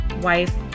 wife